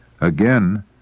Again